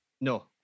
No